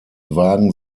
wagen